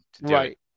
Right